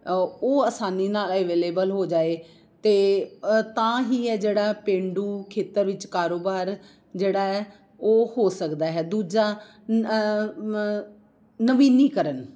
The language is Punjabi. ਉਹ ਆਸਾਨੀ ਨਾਲ ਅਵੇਲੇਬਲ ਹੋ ਜਾਵੇ ਅਤੇ ਤਾਂ ਹੀ ਇਹ ਜਿਹੜਾ ਪੇਂਡੂ ਖੇਤਰ ਵਿੱਚ ਕਾਰੋਬਾਰ ਜਿਹੜਾ ਹੈ ਉਹ ਹੋ ਸਕਦਾ ਹੈ ਦੂਜਾ ਨਵੀਨੀਕਰਨ